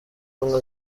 ubumwe